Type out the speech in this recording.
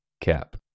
Cap